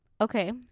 Okay